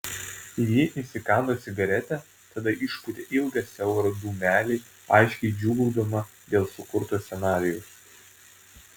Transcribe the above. ji įsikando cigaretę tada išpūtė ilgą siaurą dūmelį aiškiai džiūgaudama dėl sukurto scenarijaus